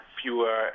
fewer